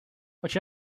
watch